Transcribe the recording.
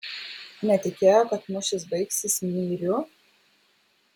netikėjo kad mūšis baigsis myriu